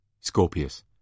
Scorpius